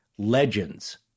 legends